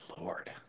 Lord